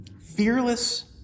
Fearless